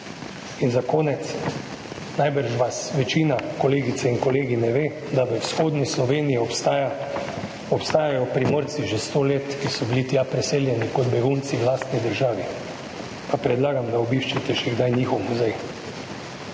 In za konec, najbrž vas večina, kolegice in kolegi, ne ve, da v vzhodni Sloveniji že 100 let obstajajo Primorci, ki so bili tja preseljeni kot begunci v lastni državi, pa predlagam, da obiščete še kdaj njihov muzej.